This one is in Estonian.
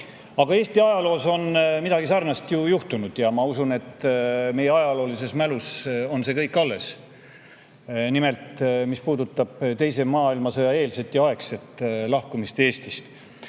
Aga Eesti ajaloos on ju midagi sarnast juhtunud. Ma usun, et meie ajaloolises mälus on alles kõik see, mis puudutab teise maailmasõja eelset ja aegset lahkumist Eestist.